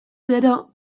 gero